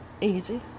easy